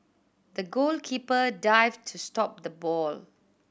the goalkeeper dived to stop the ball